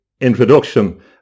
introduction